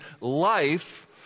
life